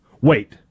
wait